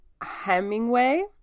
Hemingway